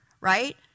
right